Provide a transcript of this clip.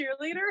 cheerleader